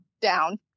down